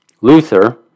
Luther